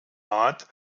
art